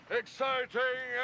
exciting